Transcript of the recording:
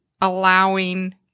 allowing